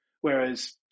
Whereas